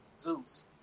Zeus